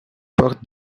portent